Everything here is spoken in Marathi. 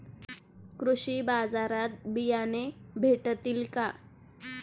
कृषी बाजारात बियाणे भेटतील का?